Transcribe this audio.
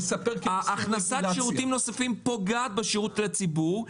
השירותים הנוספים פוגעים בשירות לציבור.